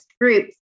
groups